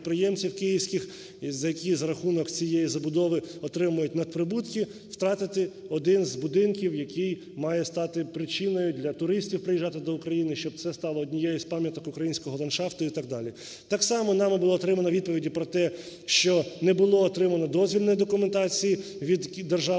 які за рахунок цієї забудови отримують надприбутки, втратити один з будинків, який має стати причиною для туристів приїжджати до України, щоб це стало однією з пам'яток українського ландшафту і так далі. Так само нами було отримано відповіді про те, що не було отримано дозвільної документації від Державної